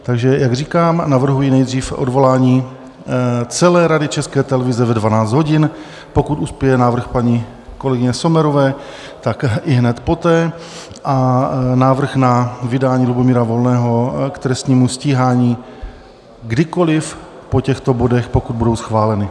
Takže jak říkám, navrhuji nejdřív odvolání celé Rady České televize ve 12 hodin, pokud uspěje návrh paní kolegyně Sommerové, tak ihned poté, a návrh na vydání Lubomíra Volného k trestnímu stíhání kdykoliv po těchto bodech, pokud budou schváleny.